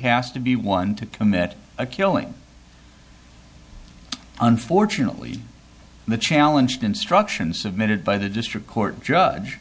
has to be one to commit a killing unfortunately the challenge instructions submitted by the district court judge